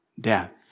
death